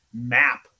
map